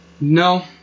No